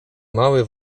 mały